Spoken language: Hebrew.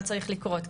מה צריך לקרות,